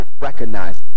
recognize